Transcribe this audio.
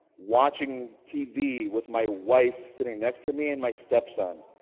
watching tv with my wife sitting next to me and my stepson,